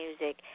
music